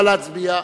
נא להצביע.